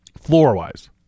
Floor-wise